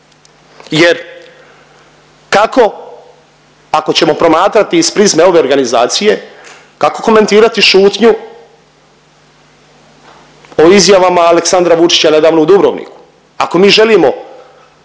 jer kako ako ćemo promatrati iz prizme ove organizacije kako komentirati šutnju o izjavama Aleksandra Vučina nedavno u Dubrovniku. Ako mi želimo